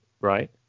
Right